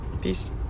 peace